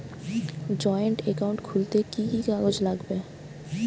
Joint account খুলতে কি কি কাগজ লাগবে?